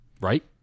Right